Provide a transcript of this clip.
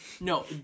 No